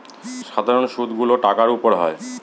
সাধারন সুদ গুলো টাকার উপর হয়